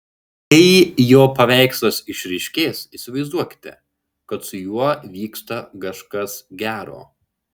kai jo paveikslas išryškės įsivaizduokite kad su juo vyksta kažkas gero